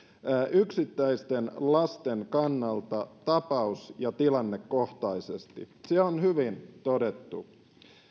yksittäisten lasten kannalta tapaus ja tilannekohtaisesti se on hyvin todettu